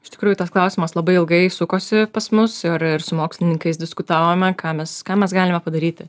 iš tikrųjų tas klausimas labai ilgai sukosi pas mus ir ir su mokslininkais diskutavome ką mes ką mes galime padaryti